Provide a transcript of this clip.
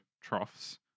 troughs